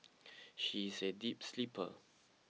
she is a deep sleeper